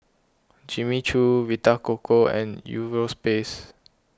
Jimmy Choo Vita Coco and Europace